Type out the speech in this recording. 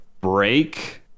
break